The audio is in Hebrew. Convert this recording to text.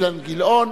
אילן גילאון,